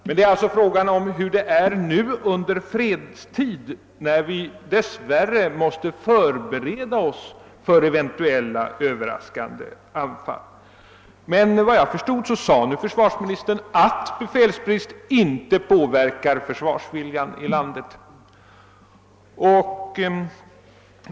Men frågan gällde hur det är nu under fredstid, när vi dess värre måste förbereda oss för eventuella överraskande anfall. Efter vad jag förstod, ansåg försvarsministern att befälsbristen inte påverkar försvarsviljan i landet.